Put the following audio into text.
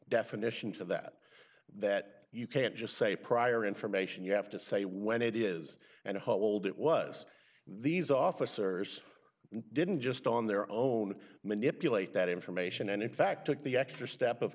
definition to that that you can't just say prior information you have to say when it is and hold it was these officers didn't just on their own manipulate that information and in fact took the extra step of